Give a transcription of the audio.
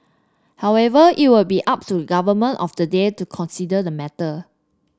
however it will be up to government of the day to consider the matter